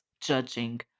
judging